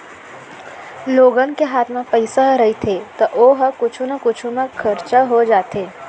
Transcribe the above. लोगन के हात म पइसा ह रहिथे त ओ ह कुछु न कुछु म खरचा हो जाथे